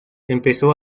empezó